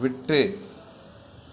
விட்டு